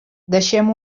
deixem